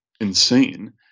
insane